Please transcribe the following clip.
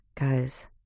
guys